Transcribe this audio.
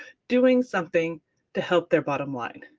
doing something to help their bottom line.